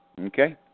Okay